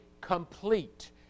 complete